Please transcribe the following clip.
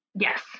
Yes